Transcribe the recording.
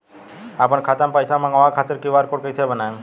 आपन खाता मे पईसा मँगवावे खातिर क्यू.आर कोड कईसे बनाएम?